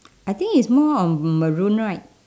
I think it's more of maroon right